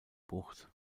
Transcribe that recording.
bucht